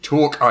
Talk